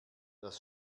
das